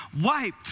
wiped